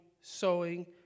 sewing